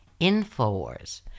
Infowars